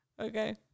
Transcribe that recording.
Okay